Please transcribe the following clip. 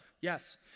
yes